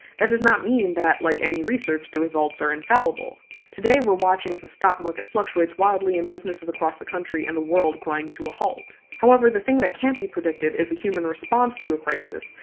that does not mean that, like any research, the results are infallible. today we're watching as the stock market fluctuates wildly and businesses across the country and the world grind to a halt. however the thing that can't be predicted is the human response to a crisis,